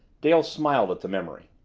dale smiled at the memory.